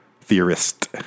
theorist